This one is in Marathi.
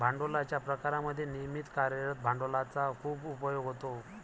भांडवलाच्या प्रकारांमध्ये नियमित कार्यरत भांडवलाचा खूप उपयोग होतो